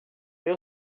ver